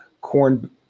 corn